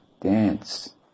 dance